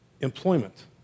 employment